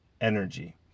energy